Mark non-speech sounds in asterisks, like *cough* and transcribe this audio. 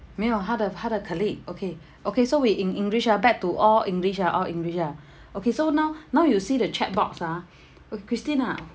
没有他的他的 colleague okay okay so we in english ah back to all english ah all english ah *breath* okay so now now you see the checkbox ah *breath* uh christine ah